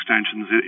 extensions